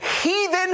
heathen